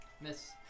Miss